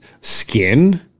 skin